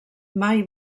mai